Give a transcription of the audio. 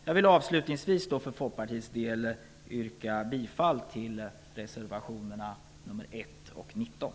Jag vill avslutningsvis för Folkpartiets del yrka bifall till reservationerna 1 och 19.